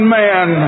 man